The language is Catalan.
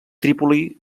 trípoli